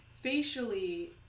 facially